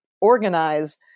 organize